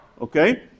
Okay